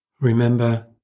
Remember